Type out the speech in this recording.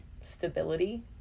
stability